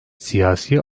siyasi